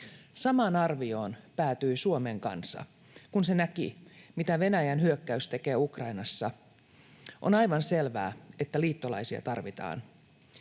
Samaan arvioon päätyi Suomen kansa, kun se näki, mitä Venäjän hyökkäys tekee Ukrainassa. On aivan selvää, että liittolaisia tarvitaan.